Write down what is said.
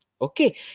okay